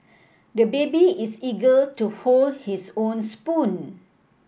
the baby is eager to hold his own spoon